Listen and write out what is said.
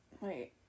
wait